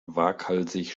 waghalsig